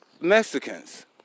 Mexicans